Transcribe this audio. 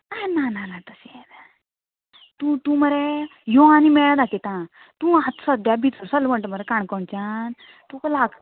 हें ना ना ना तशें कांय ना तूं तूं मरे यो आनी मेळ दाखयता तूं आतां सद्द्या भितर सरला म्हणटा मरे काणकोणच्यान तुका लाग